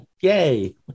Yay